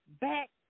back